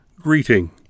greeting